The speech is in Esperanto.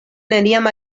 neniam